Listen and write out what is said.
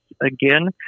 again